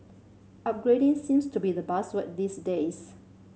upgrading seems to be the buzzword these days